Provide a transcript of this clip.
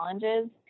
challenges